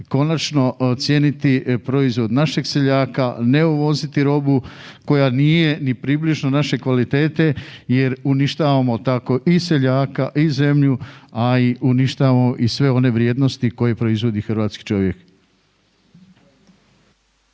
konačno ocijeniti proizvod našeg seljaka, ne uvoziti robu koja nije ni približno naše kvalitete jer uništavamo tako i seljaka i zemlju, a i uništavamo i sve one vrijednosti koje proizvodi hrvatski čovjek.